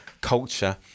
culture